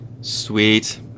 Sweet